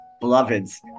beloveds